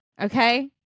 Okay